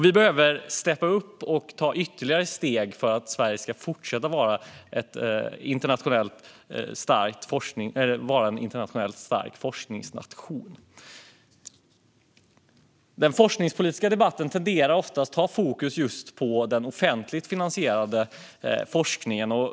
Vi behöver steppa upp och ta ytterligare steg för att Sverige ska fortsätta att vara en internationellt stark forskningsnation. Den forskningspolitiska debatten tenderar oftast att ha fokus just på den offentligt finansierade forskningen.